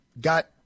got